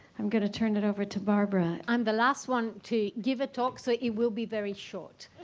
i'm going to turn it over to barbara. i'm the last one to give a talk so it will be very short